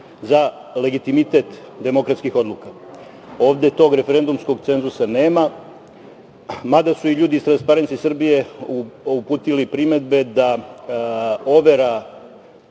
za legitimitet demokratskih odluka. Ovde tog referendumskog cenzusa nema, mada su i ljudi iz „Transparentnost Srbije“ uputili primedbe da overa